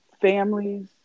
families